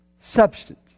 Substance